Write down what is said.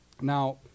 Now